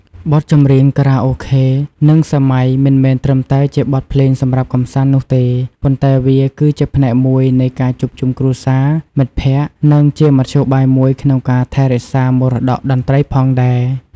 បទចម្រៀងខារ៉ាអូខេ និងសម័យមិនមែនត្រឹមតែជាបទភ្លេងសម្រាប់កម្សាន្តនោះទេ ប៉ុន្តែវាគឺជាផ្នែកមួយនៃ ការជួបជុំគ្រួសារ មិត្តភ័ក្តិ និងជាមធ្យោបាយមួយក្នុងការថែរក្សាមរតកតន្ត្រីផងដែរ។